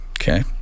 Okay